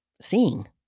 seeing